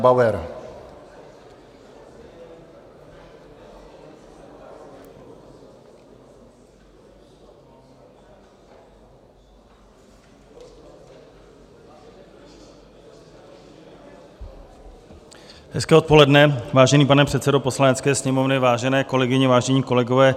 Hezké odpoledne, vážený pane předsedo Poslanecké sněmovny, vážené kolegyně, vážení kolegové.